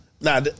Nah